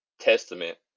testament